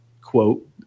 quote